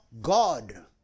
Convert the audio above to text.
God